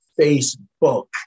Facebook